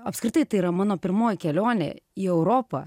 apskritai tai yra mano pirmoji kelionė į europą